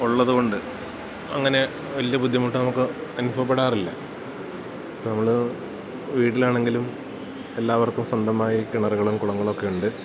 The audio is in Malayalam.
ഉള്ളതു കൊണ്ട് അങ്ങനെ വലിയ ബുദ്ധിമുട്ട് നമുക്ക് അനുഭവപ്പെടാറില്ല ഇപ്പോൾ നമ്മൾ വീട്ടിൽ ആണെങ്കിലും എല്ലാവർക്കും സ്വന്തമായി കിണറുകളും കുളങ്ങൾ ഒക്കെ ഉണ്ട്